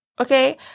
Okay